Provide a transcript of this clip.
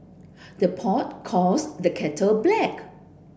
the pot calls the kettle black